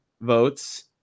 votes